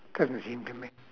cause it seems to me